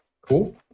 Cool